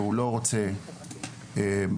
והוא לא רוצה לחזור.